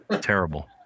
terrible